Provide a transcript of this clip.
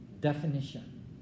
definition